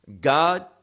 god